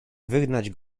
wygnać